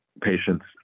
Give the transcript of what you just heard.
patients